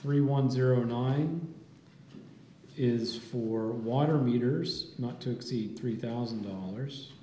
three one zero nine is for water meters not to exceed three thousand dollars